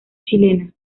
chilena